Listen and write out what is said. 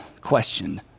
question